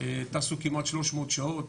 טסו כמעט 300 שעות,